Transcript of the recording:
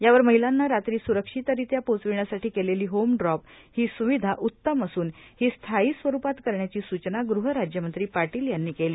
यावर महिलांना रात्री सुरक्षितरित्या पोहोचविण्यासाठी केलेली होमड्रॉप ही सुविधा उतम असून ही स्थायी स्वरुपात करण्याची सूचना गूहराज्यमंत्री पाटील यांनी केली